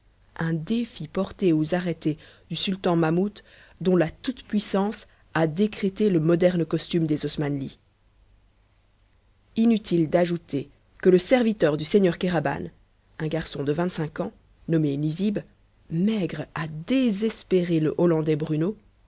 un défi porté aux arrêtés du sultan mahmoud dont la toute-puissance a décrété le moderne costume des osmanlis inutile d'ajouter que le serviteur du seigneur kéraban un garçon de vingt-cinq ans nommé nizib maigre à désespérer le hollandais bruno